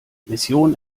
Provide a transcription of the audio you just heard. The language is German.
mission